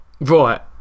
right